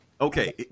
Okay